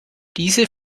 diese